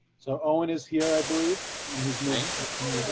so owen is here, i believe, and he's marine